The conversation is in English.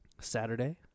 Saturday